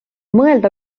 mõelda